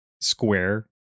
square